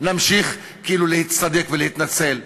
נמשיך כאילו להצטדק ולהתנצל.